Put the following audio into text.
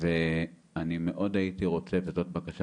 ואני מאוד הייתי רוצה, וזאת בקשה